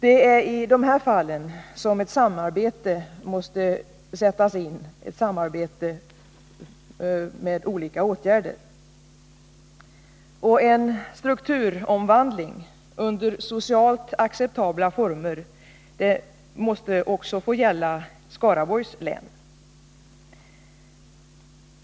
Det är i dessa fall som vi i samarbete måste sätta in olika åtgärder. En strukturomvandling i socialt acceptabla former måste också gälla för Skaraborgs län.